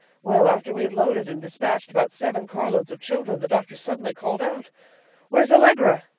well, after we had loaded and despatched about seven car loads of children, the doctor suddenly called out where's allegra?